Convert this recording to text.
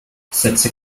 setze